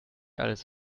alles